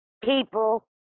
people